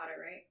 right